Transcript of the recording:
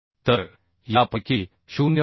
तर यापैकी 0